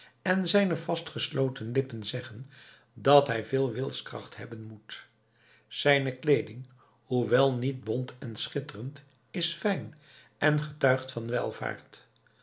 en zijne vastgesloten lippen zeggen dat hij veel wilskracht hebben moet zijne kleeding hoewel niet bont en schitterend is fijn en getuigt van welvaart